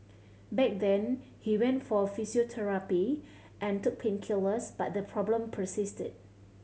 back then he went for physiotherapy and took painkillers but the problem persisted